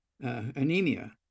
Anemia